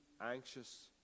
anxious